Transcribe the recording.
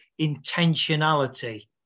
intentionality